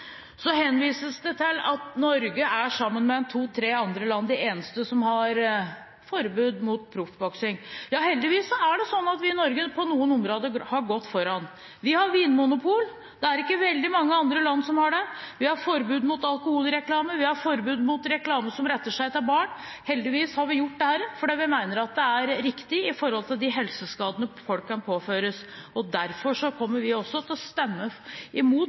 Så henvises det til at Norge sammen med en to–tre andre land er det eneste landet som har forbud mot proffboksing. Ja, heldigvis er det sånn at vi i Norge på noen områder har gått foran. Vi har vinmonopol, og det er ikke veldig mange andre land som har det. Vi har forbud mot alkoholreklame, vi har forbud mot reklame som retter seg mot barn. Heldigvis har vi gjort dette, fordi vi mener at det er riktig med hensyn til de helseskadene folk kan påføres. Derfor kommer vi til å stemme imot